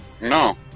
no